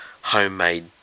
homemade